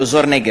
באזור הנגב,